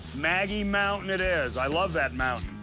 maggie mountain it is. i love that mountain.